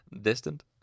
Distant